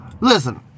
Listen